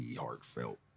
heartfelt